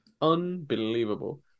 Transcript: Unbelievable